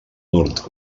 nord